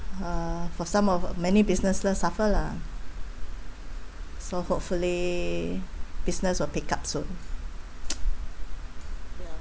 uh for some of many businesses suffer lah so hopefully business will pick up soon